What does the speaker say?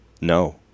No